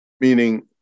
meaning